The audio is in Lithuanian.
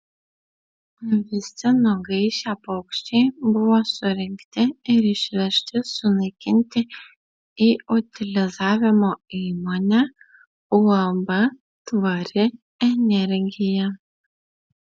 visi nugaišę paukščiai buvo surinkti ir išvežti sunaikinti į utilizavimo įmonę uab tvari energija